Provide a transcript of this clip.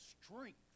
strength